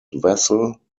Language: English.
vessel